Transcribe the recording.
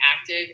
active